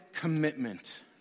commitment